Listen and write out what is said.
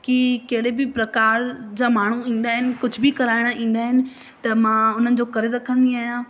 की कहिड़े बि प्रकार जा माण्हू ईंदा आहिनि कुझु बि कराइणु ईंदा आहिनि त मां उन्हनि जो करे रखंदी आहियां